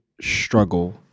struggle